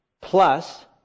plus